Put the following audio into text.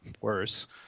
worse